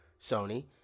Sony